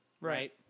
right